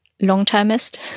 long-termist